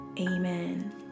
Amen